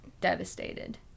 devastated